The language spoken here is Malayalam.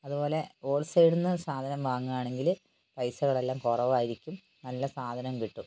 അതുപോലെ ഹോൾ സെയിൽ നിന്ന് സാധനം വാങ്ങുകയാണെങ്കിൽ പൈസകളെല്ലാം കുറവായിരിക്കും നല്ല സാധനം കിട്ടും